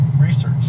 Research